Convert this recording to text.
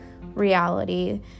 reality